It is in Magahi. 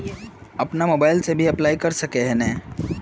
अपन मोबाईल से भी अप्लाई कर सके है नय?